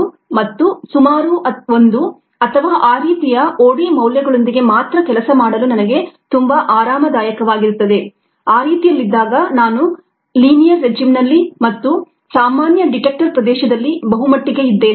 1 ಮತ್ತು ಸುಮಾರು ಒಂದು ಅಥವಾ ಆ ರೀತಿಯ OD ಮೌಲ್ಯಗಳೊಂದಿಗೆ ಮಾತ್ರ ಕೆಲಸ ಮಾಡಲು ನನಗೆ ತುಂಬಾ ಆರಾಮದಾಯಕವಾಗಿರುತ್ತದೆ ಆ ರೀತಿಯಲ್ಲಿದ್ದಾಗ ನಾನು ಲೀನಿಯರ್ ರೆಜಿಮ್ ನಲ್ಲಿ ಮತ್ತು ಸಾಮಾನ್ಯ ಡಿಟೆಕ್ಟರ್ detector region ಪ್ರದೇಶದಲ್ಲಿ ಬಹುಮಟ್ಟಿಗೆ ಇದ್ದೇನೆ